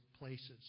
places